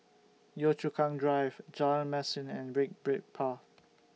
Yio Chu Kang Drive Jalan Mesin and Brick Brick Path